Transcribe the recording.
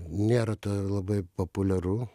nėra labai populiaru